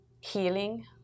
healing